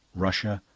russia,